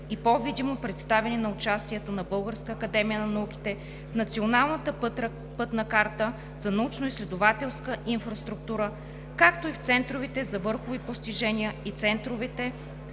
и по-видимо представяне на участието на Българската академия на науките в Националната пътна карта за научноизследователска инфраструктура, както и в центровете за върхови постижения и центровете